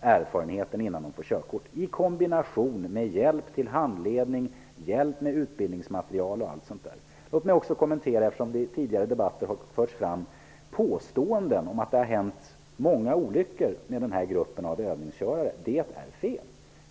erfarenheten innan de får sina körkort -- detta i kombination med hjälp till handledning, hjälp med utbildningsmaterial osv. I tidigare debatter har det förekommit påståenden om att det har hänt många olyckor när det gäller den här gruppen övningskörare. Det är fel.